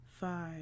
five